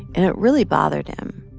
and it really bothered him.